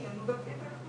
חלתה,